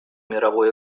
мировую